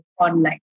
online